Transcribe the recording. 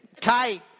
Tight